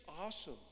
awesome